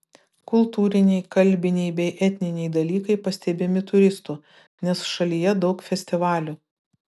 kultūriniai kalbiniai bei etniniai dalykai pastebimi turistų nes šalyje daug festivalių